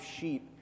sheep